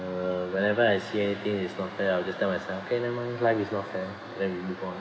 uh whenever I see anything it's not fair I just tell myself okay never mind life is not fair then we move on